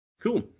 Cool